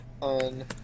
on